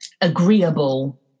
agreeable